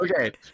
Okay